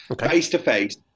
face-to-face